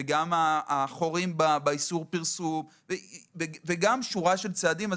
החורים באיסור פרסום ושורה של צעדים.